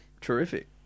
Terrific